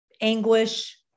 anguish